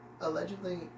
allegedly